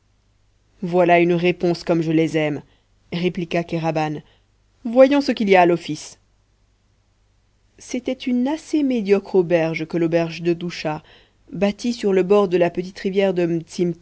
voilà une réponse comme je les aime répliqua kéraban voyons ce qu'il y a à l'office c'était une assez médiocre auberge que l'auberge de ducha bâtie sur le bords de la petite rivière de